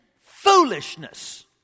foolishness